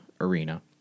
arena